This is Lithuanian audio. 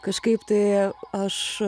kažkaip tai aš